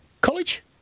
College